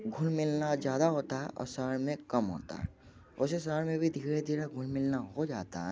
घुल मिलना ज़्यादा होता है और शहर में कम होता है वैसे शहर में भी धीरे धीरे घुल मिलना हो जाता है